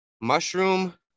mushroom